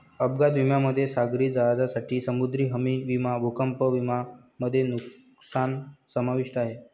अपघात विम्यामध्ये सागरी जहाजांसाठी समुद्री हमी विमा भूकंप विमा मध्ये नुकसान समाविष्ट आहे